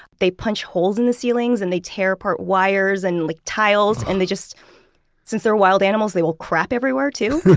they punch holes in the ceilings and they tear apart wires and like tiles and they just since there are wild animals, they will crap everywhere too.